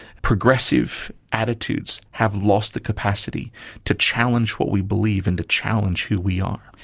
progressive attitudes have lost the capacity to challenge what we believe and to challenge who we are.